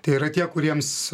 tai yra tie kuriems